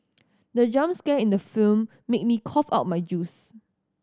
the jump scare in the film made me cough out my juice